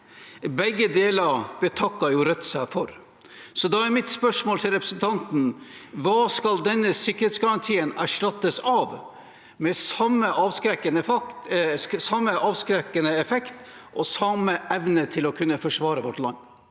Begge deler betakker jo Rødt seg for. Da er mitt spørsmål til representanten: Hva skal denne sikkerhetsgarantien erstattes av, med samme avskrekkende effekt og samme evne til å kunne forsvare vårt land?